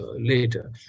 later